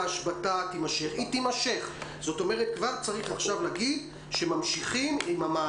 קודם כל, ההחרגה בתקנות, אפשרות לצאת מהבתים